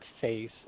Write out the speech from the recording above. face